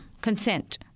consent